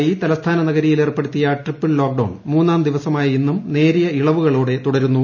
അതേസമയം തലസ്ഥാന നഗരിയിൽ ഏർപ്പെടുത്തിയ ട്രിപ്പിൾ ലോക്ക്ഡൌൺ മൂന്നാം ദിവസമായ ഇന്നും നേരിയ ഇളവുകളോടെ തുടരുന്നു